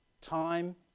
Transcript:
time